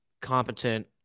competent